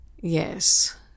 Yes